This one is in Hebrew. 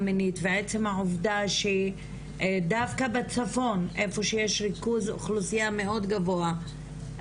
מינית ועצם העובדה שדווקא בצפון איפה שיש ריכוז אוכלוסייה מאוד גבוה,